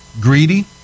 Greedy